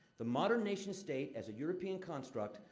the modern nation state, as a european construct,